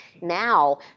Now